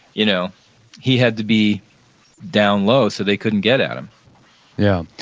you know he had to be down low so they couldn't get at him yeah.